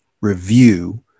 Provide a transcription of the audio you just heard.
review